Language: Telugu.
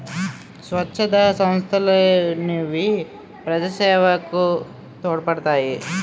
స్వచ్ఛంద సంస్థలనేవి ప్రజాసేవకు తోడ్పడతాయి